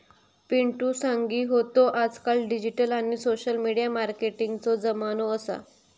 पिंटु सांगी होतो आजकाल डिजिटल आणि सोशल मिडिया मार्केटिंगचो जमानो असा